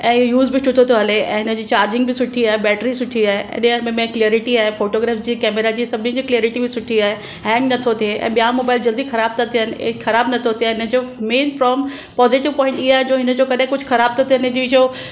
ऐं युज़ बि सुठो थो हले ऐं हिनजी चार्जिंग बि सुठी आहे बॅटरी सुठी आहे ऐं ॿियो हिन में क्लिअरिटी आहे फोटोग्राफ़्स जी कॅमेरा जी सभनिनि जी क्लिअरिटी बि सुठी आहे हैंग नथो थिए ऐं ॿिया मोबाइल जल्दी ख़राबु था थियनि ऐं ख़राबु नथो थिए हिनजो मेन प्रोम पोजिटीव पॉइंट इहा आहे जो हिनजो कॾहिं कुझु ख़राबु थो थिए हिनजी जो